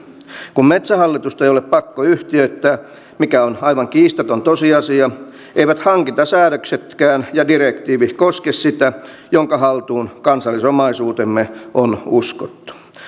kun metsähallitusta ei ole pakko yhtiöittää mikä on aivan kiistaton tosiasia eivät hankintasäädöksetkään ja direktiivit koske sitä jonka haltuun kansallisomaisuutemme on uskottu